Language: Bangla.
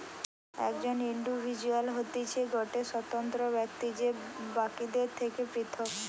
একজন ইন্ডিভিজুয়াল হতিছে গটে স্বতন্ত্র ব্যক্তি যে বাকিদের থেকে পৃথক